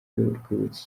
urwibutso